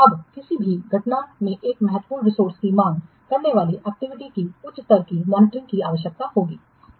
अब किसी भी घटना में एक महत्वपूर्ण रिसोर्सेज की मांग करने वाली एक्टिविटी को उच्च स्तर की मॉनिटरिंग की आवश्यकता होती है